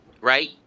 right